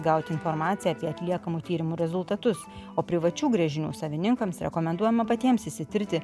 gauti informaciją apie atliekamų tyrimų rezultatus o privačių gręžinių savininkams rekomenduojama patiems išsitirti